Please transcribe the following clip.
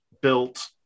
built